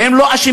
והם לא אשמים.